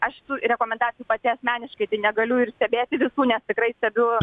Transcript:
aš tų rekomendacijų pati asmeniškai tai negaliu ir stebėti visų nes tikrai stebiu